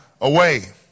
away